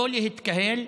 לא להתקהל.